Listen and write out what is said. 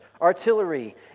artillery